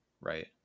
Right